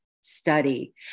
study